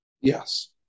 Yes